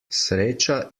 sreča